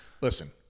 listen